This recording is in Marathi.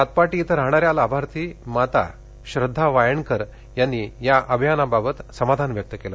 सातपाटी इथं राहणाऱ्या लाभार्थी माता श्रद्दा वायगंणकर यांनी या अभियानाबाबत समाधान व्यक्त केल